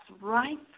right